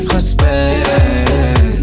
Respect